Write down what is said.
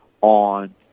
on